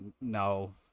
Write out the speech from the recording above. no